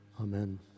Amen